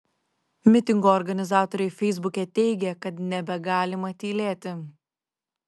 mitingo organizatoriai feisbuke teigė kad nebegalima tylėti